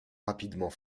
rapidement